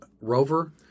Rover